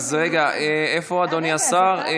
איפה אדוני השר?